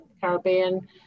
Caribbean